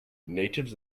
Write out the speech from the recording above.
natives